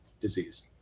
disease